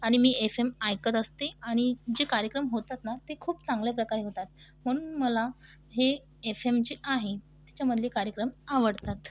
आणि मी F M ऐकत असते आणि जे कार्यक्रम होतात ना ते खूप चांगल्याप्रकारे होतात म्हणून मला हे एफ एम जे आहे त्याच्यामधले कार्यक्रम आवडतात